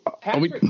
Patrick